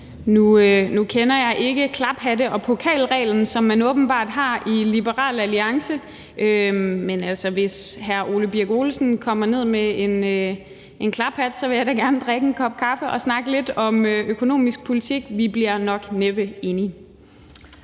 Nu kender jeg ikke klaphatte- og pokalreglen, som man åbenbart har i Liberal Alliance, men hvis hr. Ole Birk Olesen kommer ned med en klaphat, vil jeg da gerne drikke en kop kaffe og snakke lidt om økonomisk politik. Vi bliver nok næppe enige.